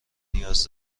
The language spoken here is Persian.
نیاز